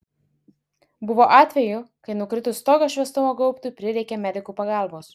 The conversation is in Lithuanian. buvo atvejų kai nukritus tokio šviestuvo gaubtui prireikė medikų pagalbos